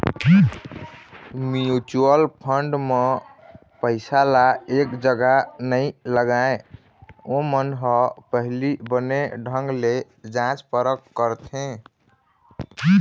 mutual fund म पइसा ल एक जगा नइ लगाय, ओमन ह पहिली बने ढंग ले जाँच परख करथे